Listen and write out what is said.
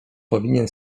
powinien